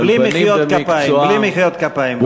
כלבנים במקצועם, בלי מחיאות כפיים.